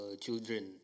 children